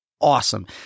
awesome